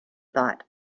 thought